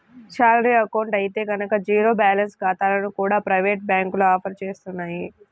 salary account అయితే గనక zero balance ఖాతాలను కూడా ప్రైవేటు బ్యాంకులు ఆఫర్ చేస్తున్నాయి